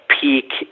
peak